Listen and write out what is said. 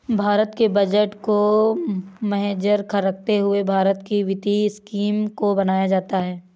भारत के बजट को मद्देनजर रखते हुए भारत की वित्तीय स्कीम को बनाया जाता है